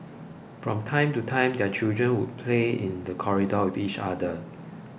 from time to time their children would play in the corridor with each other